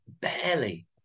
barely